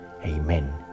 Amen